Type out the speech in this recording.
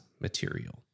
material